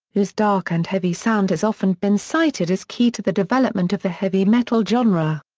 whose dark and heavy sound has often been cited as key to the development of the heavy metal genre.